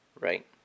right